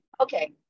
Okay